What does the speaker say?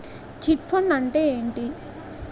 Chit fund అంటే ఏంటి?